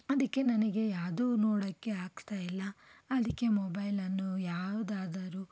ಅದಕ್ಕೆ ನನಗೆ ಯಾವ್ದೂ ನೋಡೋಕ್ಕೆ ಆಗ್ತಾ ಇಲ್ಲ ಅದಕ್ಕೆ ಮೊಬೈಲನ್ನು ಯಾವ್ದಾದರೂ